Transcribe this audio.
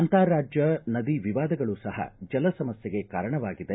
ಅಂತಾರಾಜ್ಞ ನದಿ ವಿವಾದಗಳೂ ಸಹ ಜಲ ಸಮಸ್ಥೆಗೆ ಕಾರಣವಾಗಿದೆ